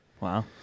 Wow